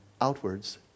outwards